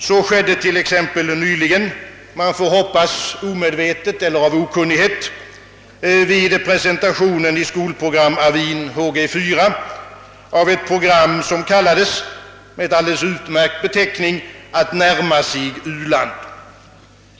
Så skedde nyligen, "man får hoppas omedvetet eller av okunnighet, vid presentationen i skolprogramavin HG 4 av ett program, som med en alldeles utmärkt beteckning kallades »Att närma sig u-land».